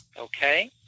okay